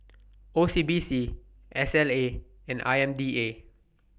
O C B C S L A and I M D A